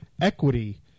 equity